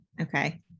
Okay